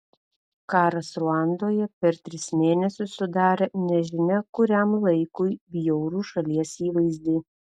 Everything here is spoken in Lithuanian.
karas ruandoje per tris mėnesius sudarė nežinia kuriam laikui bjaurų šalies įvaizdį